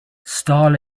stall